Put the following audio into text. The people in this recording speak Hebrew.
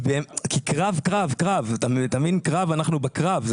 כי קרב קרב קרב, אנחנו בקרב.